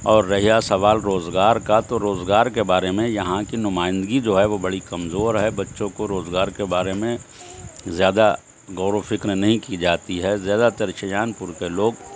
اور رہا سوال روزگار کا تو روزگار کے بارے میں یہاں کی نمائندگی جو ہے وہ بڑی کمزور ہے بچوں کو روزگار کے بارے میں زیادہ غوروفکر نہیں کی جاتی ہے زیادہ تر شاہجہان پور کے لوگ